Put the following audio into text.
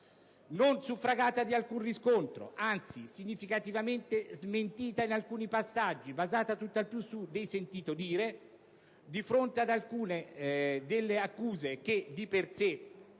non suffragata di alcun riscontro, anzi significativamente smentita in alcuni passaggi, basata tutt'al più su dei «sentito dire», di fronte ad alcune accuse che di per sé